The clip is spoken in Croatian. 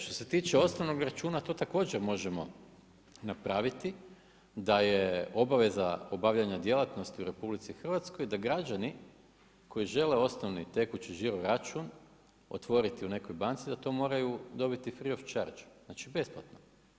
Što se tiče osnovnog računa, to također možemo napraviti da je obaveza obavljanja djelatnosti u RH da građani koji žele osnovni tekući žiro račun otvoriti u nekoj banci da to moraju dobiti free of charge znati besplatno.